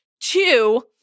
Two